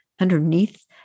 underneath